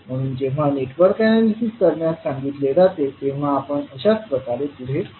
म्हणून जेव्हा network analysis करण्यास सांगितले जाते तेव्हा आपण अशाच प्रकारे पुढे जातो